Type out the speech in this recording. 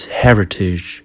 heritage